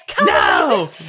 No